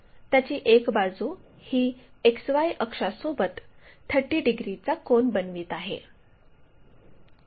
त्याची एक बाजू ही XY अक्षासोबत 30 डिग्रीचा कोन बनवित आहे